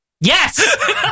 Yes